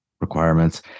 requirements